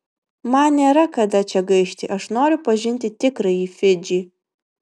man nėra kada čia gaišti aš noriu pažinti tikrąjį fidžį